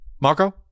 Marco